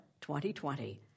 2020